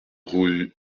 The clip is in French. rue